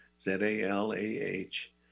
Z-A-L-A-H